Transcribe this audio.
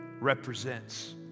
represents